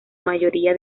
mayoría